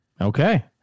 Okay